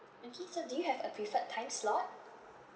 okay so do you have a preferred time slot